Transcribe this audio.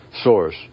source